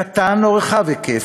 קטן או רחב-היקף,